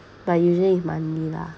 but usually it's monthly lah